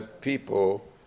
people